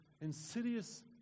insidious